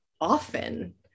often